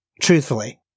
truthfully